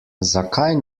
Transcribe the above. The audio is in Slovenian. zakaj